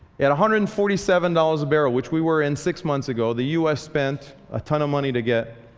at one hundred and forty seven dollars a barrel, which we were in six months ago, the u s. spent a ton of money to get